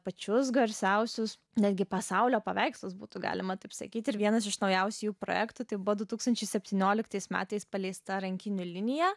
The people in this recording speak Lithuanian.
pačius garsiausius netgi pasaulio paveikslas būtų galima taip sakyti ir vienas iš naujausių projektų tai buvo du tūkstančiai septynioliktais metais paleista rankinių linija